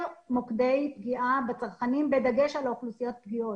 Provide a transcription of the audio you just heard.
מוקדי פגיעה בצרכנים בדגש על אוכלוסיות פגיעות.